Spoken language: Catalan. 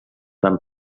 van